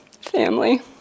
family